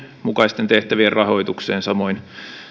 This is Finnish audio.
mukaisten tehtävien rahoitukseen samoin